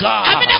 God